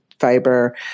fiber